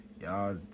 Y'all